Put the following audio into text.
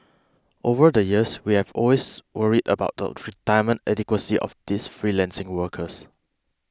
over the years we've always worried about the retirement adequacy of these freelancing workers